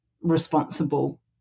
responsible